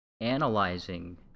analyzing